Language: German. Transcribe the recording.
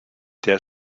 der